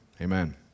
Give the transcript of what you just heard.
Amen